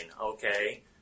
Okay